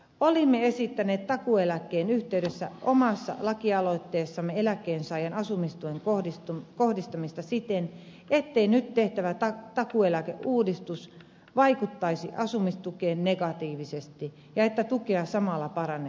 olimme esittäneet takuueläkkeen yhteydessä omassa lakialoitteessamme eläkkeensaajan asumistuen kohdistamista siten ettei nyt tehtävä takuueläkeuudistus vaikuttaisi asumistukeen negatiivisesti ja että tukea samalla parannettaisiin